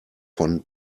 von